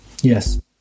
Yes